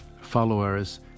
followers